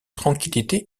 tranquillité